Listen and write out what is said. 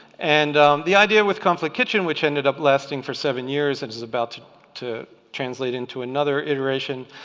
and the idea with conflict kitchen which ended up lasting for seven years and is about to to translate into another iteration